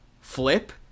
flip